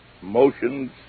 motions